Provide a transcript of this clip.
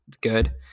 Good